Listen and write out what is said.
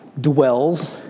dwells